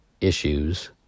issues